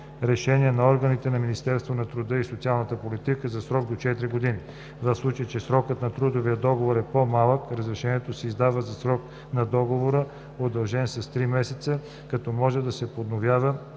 решение на органите на Министерството на труда и социалната политика за срок до четири години. В случай че срокът на трудовия договор е по-малък, разрешението се издава за срока на договора, удължен с три месеца, като може да се подновява